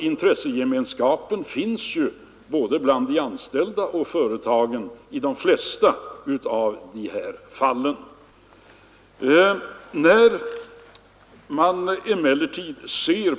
Intressegemenskapen finns i de flesta fall både bland de anställda och hos företagen.